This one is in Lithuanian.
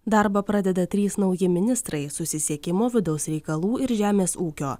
darbą pradeda trys nauji ministrai susisiekimo vidaus reikalų ir žemės ūkio